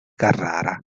carrara